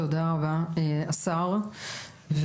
תודה רבה כבוד השר ובאמת,